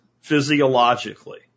physiologically